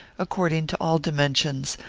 according to all dimensions,